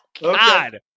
God